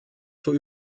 vor